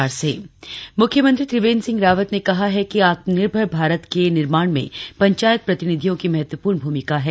CM संवाद म्ख्यमंत्री त्रिवेन्द्र सिंह रावत ने कहा है कि आत्मनिर्भर भारत के निर्माण में पंचायत प्रतिनिधियों की महत्वपूर्ण भूमिका है